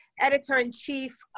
Editor-in-Chief